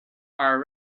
are